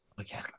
Okay